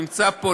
נמצא פה,